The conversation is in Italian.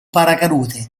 paracadute